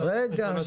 רגע.